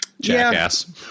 Jackass